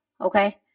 okay